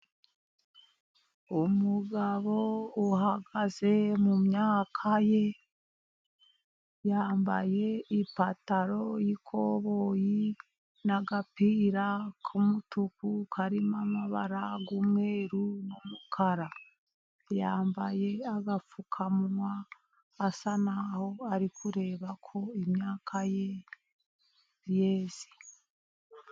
Umugabo uhagaze mu myaka ye yambaye ipantaro y'ikoboyi n'agapira k'umutuku karimo amabara y'umweru n'umukara, yambaye agapfukama asa naho ari kureba ko imyaka ye yeze.